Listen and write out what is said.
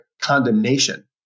condemnation